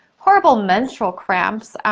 horrible menstrual cramps,